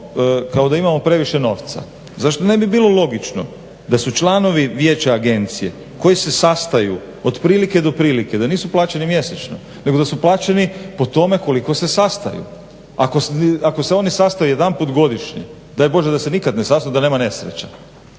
kao da imamo previše novca. Zašto ne bi bilo logično da su članovi vijeća agencije koji se sastaju otprilike do prilike da nisu plaćeni mjesečno, nego da su plaćeni po tome koliko se sastaju. Ako se oni sastaju jedanput godišnje, daj Bože da se nikad ne sastanu da nema nesreća,